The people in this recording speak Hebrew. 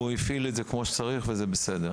הוא הפעיל את זה כמו שצריך וזה בסדר.